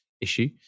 issue